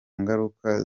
ngaruka